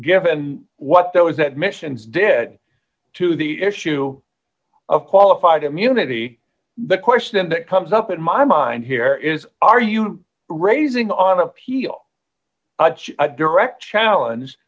given what there was that missions did to the issue of qualified immunity the question that comes up in my mind here is are you raising on appeal a direct challenge